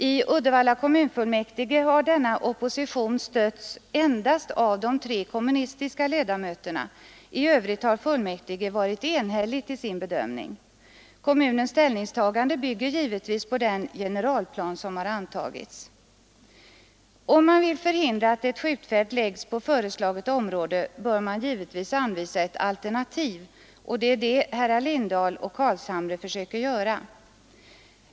I Uddevalla kommunfullmäktige har denna opposition stötts endast av de tre kommunistiska ledamöterna. I övrigt har fullmäktige varit enhälligt i sin bedömning. Kommunens ställningstagande bygger givetvis på den generalplan som antagits. Om man vill förhindra att ett skjutfält läggs på föreslaget område, bör man givetvis anvisa ett alternativ. Det är det herrar Lindahl och Carlshamre försöker göra.